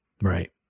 Right